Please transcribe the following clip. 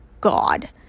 God